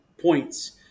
points